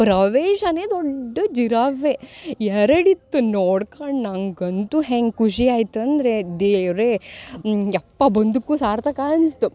ಪ್ರವೇಶನೇ ದೊಡ್ಡ ಜಿರಾಫೆ ಎರಡು ಇತ್ತು ನೋಡ್ಕಂಡು ನಂಗೆ ಅಂತೂ ಹೆಂಗೆ ಖುಷಿ ಆಯ್ತು ಅಂದರೆ ದೇವರೇ ಯಪ್ಪ ಬಂದಕ್ಕೂ ಸಾರ್ಥಕ ಅನಿಸ್ತು